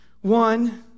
One